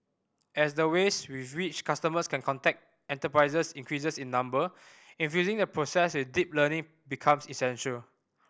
as the ways with which customers can contact enterprises increase in number infusing the process with deep learning becomes essential